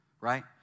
right